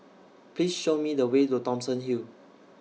Please Show Me The Way to Thomson Hill